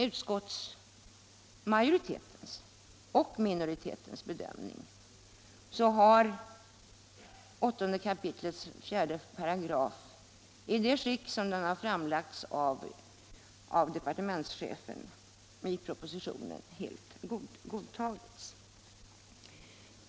Utskottet har dock varit enigt i sin bedömning att 8 kap. 4§ helt kan godtas i det skick som den har framlagts av departementschefen i propositionen.